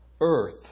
Earth